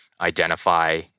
identify